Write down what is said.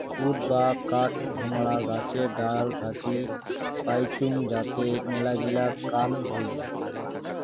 would বা কাঠ হামারা গাছের ডাল থাকি পাইচুঙ যাতে মেলাগিলা কাম হই